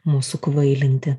mūsų kvailinti